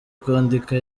kwandika